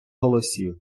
голосів